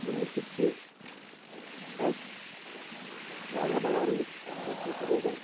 گِنٛدنہٕ سۭتۍ چھِ أسۍ وارِیاہو بیٚماریٛو نِش محفوٗظ تہِ روزان